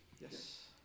Yes